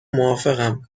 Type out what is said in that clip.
موافقم